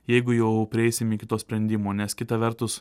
jeigu jau prieisim iki to sprendimo nes kita vertus